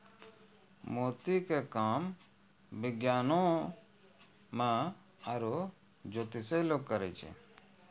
मोती के काम विज्ञानोॅ में आरो जोतिसें लोग करै छै